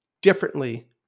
differently